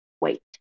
wait